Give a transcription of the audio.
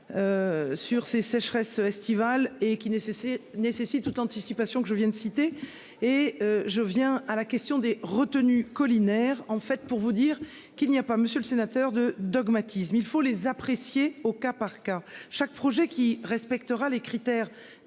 Sur ces sécheresses estivales et qui nécessite nécessite toute anticipation que je viens de citer et je viens. À la question des retenues collinaires. En fait, pour vous dire qu'il n'y a pas, monsieur le sénateur de dogmatisme. Il faut les apprécier au cas par cas, chaque projet qui respectera les critères